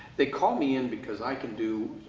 they call me in because i can do